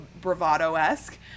bravado-esque